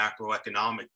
macroeconomic